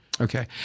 Okay